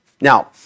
Now